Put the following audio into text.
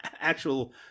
actual